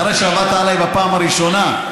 אחרי שעבדת עליי בפעם הראשונה,